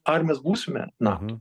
ar mes būsime nato